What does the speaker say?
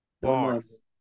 Bars